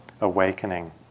awakening